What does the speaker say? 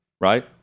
right